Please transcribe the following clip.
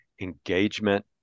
engagement